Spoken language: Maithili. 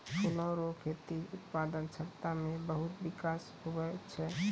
फूलो रो खेती के उत्पादन क्षमता मे बहुत बिकास हुवै छै